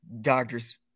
Doctor's